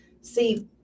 see